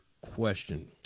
question